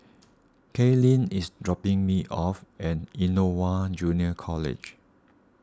Caitlyn is dropping me off at Innova Junior College